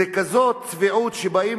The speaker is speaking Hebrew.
זו כזאת צביעות שבאים,